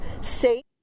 safe